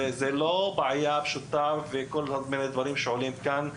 זו לא בעיה פשוטה כמו שעולה מכל מיני דברים שנאמרו כאן.